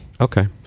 Okay